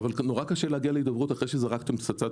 אבל נורא קשה להגיע להידברות אחרי שזרקתם פצצת